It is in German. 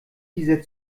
dieser